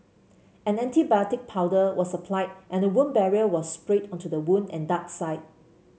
an antibiotic powder was applied and a wound barrier was sprayed onto the wound and dart site